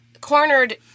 cornered